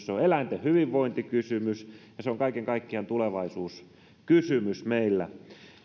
se on eläinten hyvinvointikysymys ja se on kaiken kaikkiaan tulevaisuuskysymys meillä